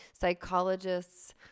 psychologists